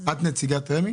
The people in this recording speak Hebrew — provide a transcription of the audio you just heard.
את נציגת רשות מקרקעי ישראל?